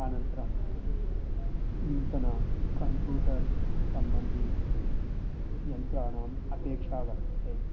आनन्तरं नूतन कम्प्यूटर् सम्बन्धितयन्त्राणाम् अपेक्षा वर्तते